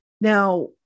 Now